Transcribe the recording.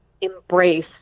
embrace